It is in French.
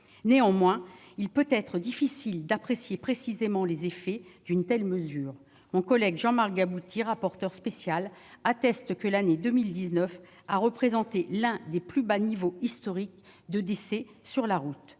Mais il peut être très difficile d'apprécier précisément les effets d'une telle mesure. Mon collègue, Jean Marc Gabouty, rapporteur spécial, atteste que l'année 2019 a représenté l'un des plus bas niveaux historiques de décès sur la route.